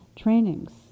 trainings